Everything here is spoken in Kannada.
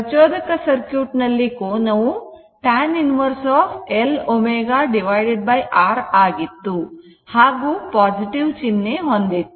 ಪ್ರಚೋದಕ ಸರ್ಕ್ಯೂಟ್ ನಲ್ಲಿ ಕೋನವು tan inverse L ω R ಆಗಿತ್ತು ಹಾಗೂ ve ಚಿಹ್ನೆ ಹೊಂದಿತ್ತು